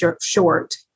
short